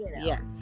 Yes